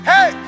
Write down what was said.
Hey